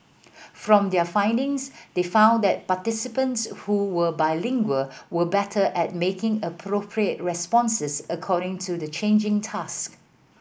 from their findings they found that participants who were bilingual were better at making appropriate responses according to the changing task